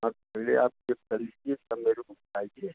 हाँ तो पहले आप इस तरीक़े से मेरे को बताइए